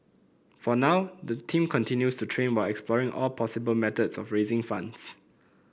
for now the team continues to train while exploring all possible methods of raising funds